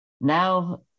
Now